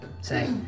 Say